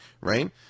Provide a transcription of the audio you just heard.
right